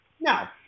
Now